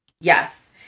Yes